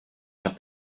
sur